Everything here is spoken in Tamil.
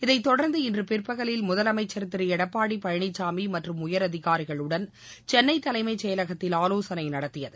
அதைத்தொடர்ந்து இன்று பிற்பகவில் முதலமைச்சர் திரு எடப்பாடி பழனிசாமி மற்றும் உயரதிகாரிகளுடன் சென்னை தலைமைச்செயலகத்தில் ஆவோசனை நடத்தியது